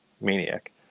maniac